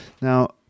Now